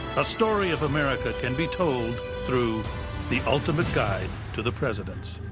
story of america can be told through the ultimate guide to the presidents.